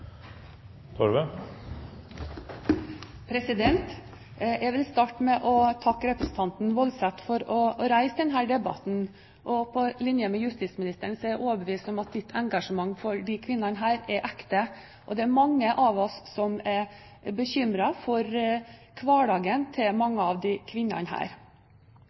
Jeg vil starte med å takke representanten Woldseth for å reise denne debatten, og på linje med justisministeren er jeg overbevist om at ditt engasjement for disse kvinnene er ekte. Det er mange av oss som er bekymret for hverdagen til mange av disse kvinnene.